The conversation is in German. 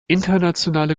internationale